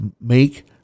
Make